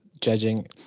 judging